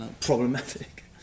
problematic